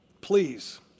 Please